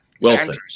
Wilson